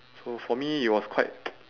so for me it was quite